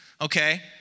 okay